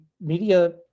media